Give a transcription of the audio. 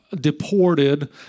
deported